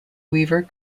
weaver